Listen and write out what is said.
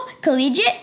collegiate